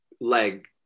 leg